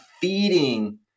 feeding